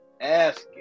asking